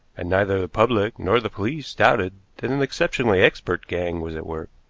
and neither the public nor the police doubted that an exceptionally expert gang was at work